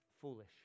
foolish